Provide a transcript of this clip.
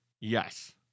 yes